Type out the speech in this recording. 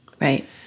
Right